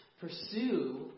pursue